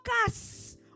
focus